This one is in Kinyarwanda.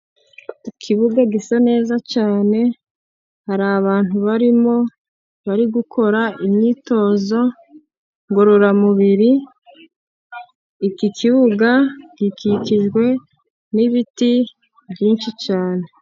Ikibuga gisa neza cyane, hari abantu barimo, bari gukora imyitozo ngororamubiri. Iki kibuga gikikijwe n'ibiti byinshi cyane.